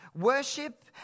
Worship